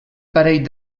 parell